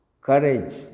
Courage